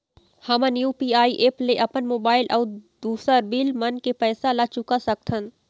हमन UPI app ले अपन मोबाइल अऊ दूसर बिल मन के पैसा ला चुका सकथन